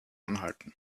anhalten